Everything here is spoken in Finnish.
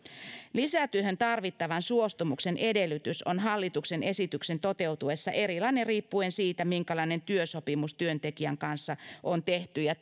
lisätyöhön tarvittavan suostumuksen edellytys on hallituksen esityksen toteutuessa erilainen riippuen siitä minkälainen työsopimus työntekijän kanssa on tehty ja